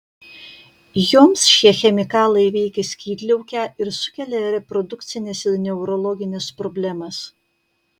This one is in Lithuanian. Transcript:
joms šie chemikalai veikia skydliaukę ir sukelia reprodukcines ir neurologines problemas